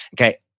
Okay